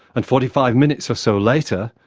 and, forty five minutes or so later,